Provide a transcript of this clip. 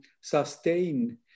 sustain